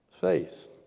faith